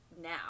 now